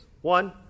One